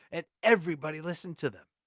and everybody listened to them.